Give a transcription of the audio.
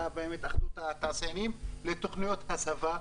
ועם התאחדות התעשיינים בתוכניות הסבה.